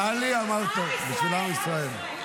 טלי, אמרת טוב, בשביל עם ישראל.